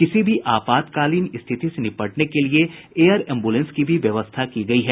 किसी भी आपातकालीन स्थिति से निपटने के लिये एयर एम्बुलेंस की भी व्यवस्था की गयी है